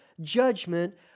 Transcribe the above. judgment